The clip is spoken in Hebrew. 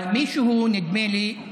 אבל מישהו, נדמה לי,